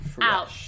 out